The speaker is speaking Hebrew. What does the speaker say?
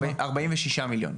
כן, ארבעים ושישה מיליון.